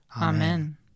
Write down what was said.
Amen